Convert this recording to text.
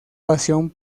pasión